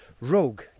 rogue